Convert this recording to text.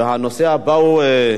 והנושא הבא הוא: